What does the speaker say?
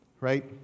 right